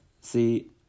see